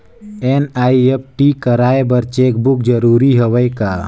NEFT कराय बर cheque book जरूरी हवय का?